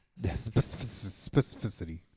Specificity